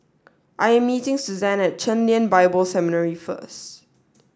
I am meeting Suzann at Chen Lien Bible Seminary first